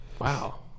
Wow